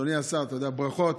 אדוני השר, ברכות.